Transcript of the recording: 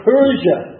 Persia